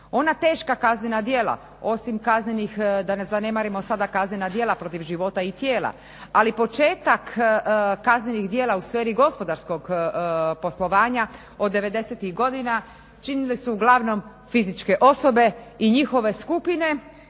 Ona teška kaznena djela osim kaznenih, da ne zanemarimo sada kaznena djela protiv života i tijela, ali početak kaznenih djela u sferi gospodarskog poslovanja od 90 godina, činile su uglavnom fizičke osobe i njihove skupine